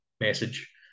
message